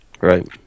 Right